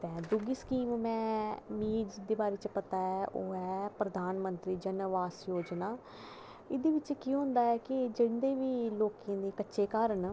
तां इस तरां दी स्कीम दे बारै च मिगी पता होऐ प्रधानमंत्री जन आवास योजना एह्दे च केह् होंदा की जिनें बी लोकें दे कच्चे घर होंदे न